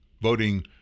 voting